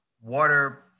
water